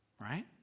right